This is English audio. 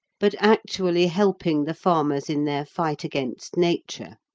but actually helping the farmers in their fight against nature.